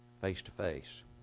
face-to-face